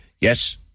yes